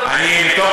לך,